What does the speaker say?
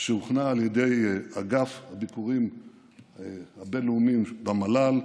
שהוכנה על ידי אגף הביקורים הבין-לאומיים במל"ל,